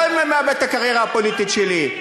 לא מאבד את הקריירה הפוליטית שלי.